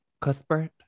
Cuthbert